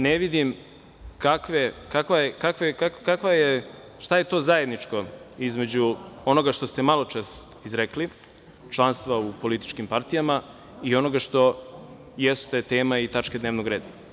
Ne vidim šta je zajedničko između onoga što se maločas rekli, članstvo u političkim partijama i onoga što je jeste teme i tačke dnevnog reda.